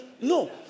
No